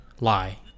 lie